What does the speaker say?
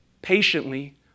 patiently